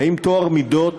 האם טוהר מידות,